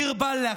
דיר באלכ.